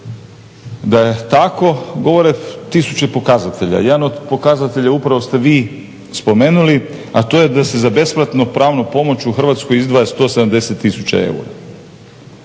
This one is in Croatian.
Da je tako govore tisuće pokazatelja. Jedan od pokazatelja upravo ste vi spomenuli, a to je da se za besplatnu pravnu pomoć u Hrvatskoj izdvaja 170 tisuća eura.